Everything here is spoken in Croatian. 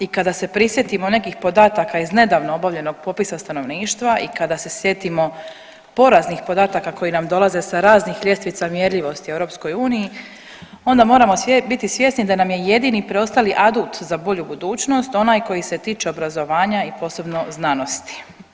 I kada se prisjetimo nekih podataka iz nedavno obavljenog popisa stanovništva i kada se sjetimo poraznih podataka koji nam dolaze sa raznih ljestvica mjerljivosti u EU onda moramo biti svjesni da nam je jedini preostali adut za bolju budućnost onaj koji se tiče obrazovanja i posebno znanosti.